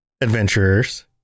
adventurers